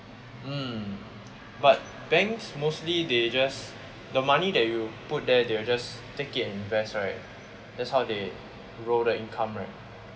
mm but banks mostly they just the money that you put there they will just take it and invest right that's how they roll the income right